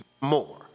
more